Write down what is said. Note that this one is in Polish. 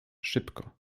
szybko